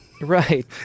Right